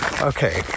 Okay